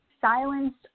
silenced